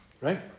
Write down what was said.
Right